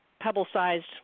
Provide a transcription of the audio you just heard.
pebble-sized